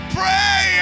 pray